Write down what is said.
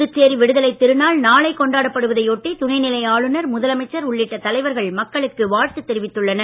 புதுச்சேரி விடுதலை திருநாள் நாளை கொண்டாடப்படுவதை ஒட்டி துணைநிலை ஆளுநர் முதலமைச்சர் உள்ளிட்ட தலைவர்கள் மக்களுக்கு வாழ்த்து தெரிவித்துள்ளனர்